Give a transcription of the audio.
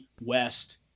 West